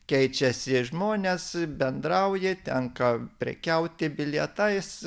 keičiasi žmonės bendrauja tenka prekiauti bilietais